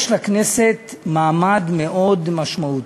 יש לכנסת מעמד מאוד משמעותי.